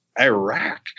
Iraq